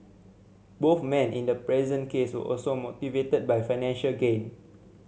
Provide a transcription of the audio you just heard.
both men in the present case were also motivated by financial gain